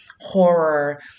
horror